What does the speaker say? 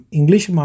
English